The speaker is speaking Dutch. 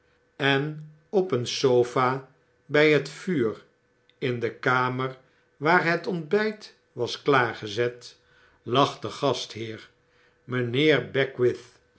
en op een sofa by het vuur in de kamer waar het ontbgt was klaargezet lag de gastheer mijnheer beckwith